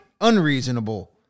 unreasonable